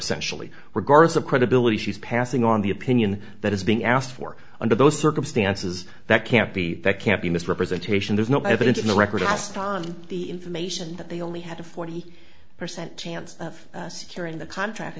essentially regardless of credibility she's passing on the opinion that is being asked for under those circumstances that can't be that can't be a misrepresentation there's no evidence in the record as the information that they only had a forty percent chance of securing the contract i